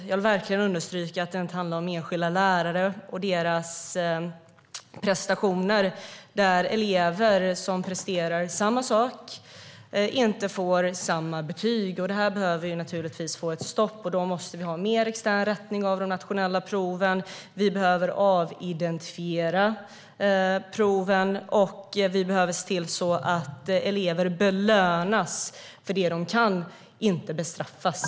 Jag vill verkligen understryka att det inte handlar om enskilda lärare och elevernas prestationer där elever som presterar samma sak inte får samma betyg. Det behöver naturligtvis få ett stopp. Det måste bli mer extern rättning av de nationella proven, de behöver avidentifieras och elever ska belönas för det de kan - inte bestraffas.